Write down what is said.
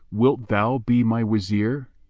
wilt thou be my wazir?